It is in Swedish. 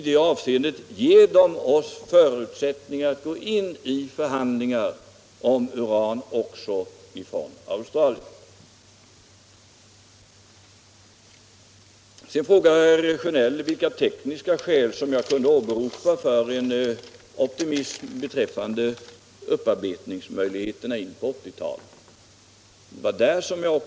Den ger oss förutsättningar för förhandlingar om uran även från Australien. Herr Sjönell frågar vilka tekniska skäl jag kan åberopa för optimismen beträffande upparbetningsmöjligheterna på 1980-talet.